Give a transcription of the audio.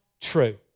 true